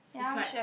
is like